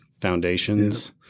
foundations